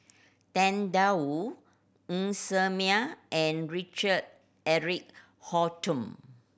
Tang Da Wu Ng Ser Miang and Richard Eric Holttum